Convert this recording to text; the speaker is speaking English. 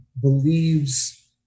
believes